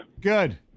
Good